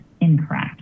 incorrect